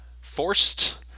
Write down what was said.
forced